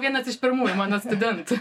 vienas iš pirmųjų mano studentų